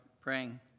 praying